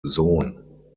sohn